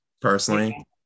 personally